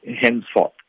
henceforth